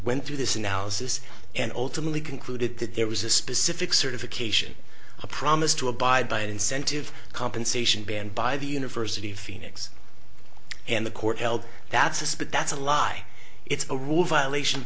went through this analysis and ultimately concluded that there was a specific certification a promise to abide by an incentive compensation banned by the university of phoenix and the court held that suspect that's a lie it's a rule violation